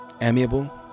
amiable